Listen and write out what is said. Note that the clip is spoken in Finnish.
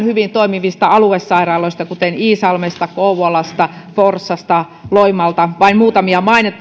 hyvin toimivista aluesairaaloista kuten iisalmesta kouvolasta forssasta loimaalta vain muutamia